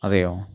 അതെയോ